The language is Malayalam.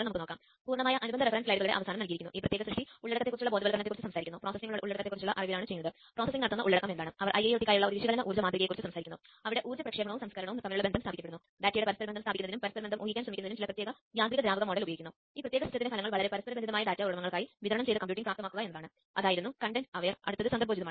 നമുക്ക് അതിനെക്കുറിച്ച് വിഷമിക്കേണ്ടതില്ല ഇത് അടിസ്ഥാനപരമായി ഈ സന്ദേശമാണ് അത് റിസീവർ അറ്റത്ത് സ്വീകരിക്കുന്നു